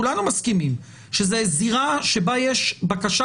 כולנו מסכימים שזו זירה שבה יש בקשה